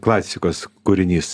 klasikos kūrinys